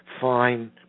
fine